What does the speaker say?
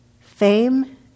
fame